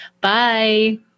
bye